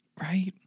Right